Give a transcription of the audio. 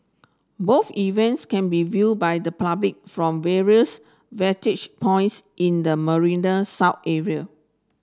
both events can be viewed by the public from various vantage points in the Marina South area